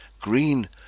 green